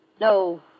No